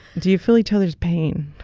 do you feel each other's pain?